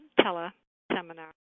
tele-seminar